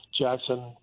Jackson